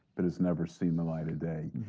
but it's never seen the light of day.